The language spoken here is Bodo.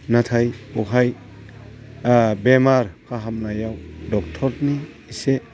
नाथाय बेवहाय बेमार फाहामनायाव डक्ट'रनि एसे